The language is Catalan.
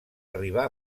arribar